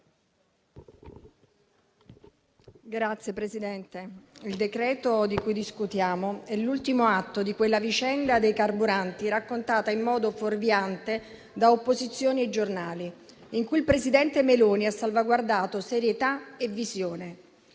Signor Presidente, il decreto di cui discutiamo è l'ultimo atto di quella vicenda dei carburanti raccontata in modo fuorviante da opposizioni e giornali, in cui il presidente Meloni ha salvaguardato serietà e visione.